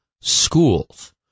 schools